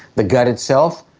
the gut itself,